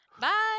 Bye